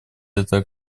это